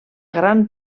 gran